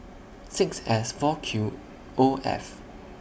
six S four Q O F